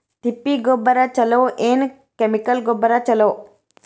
ತಿಪ್ಪಿ ಗೊಬ್ಬರ ಛಲೋ ಏನ್ ಅಥವಾ ಕೆಮಿಕಲ್ ಗೊಬ್ಬರ ಛಲೋ?